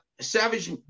savage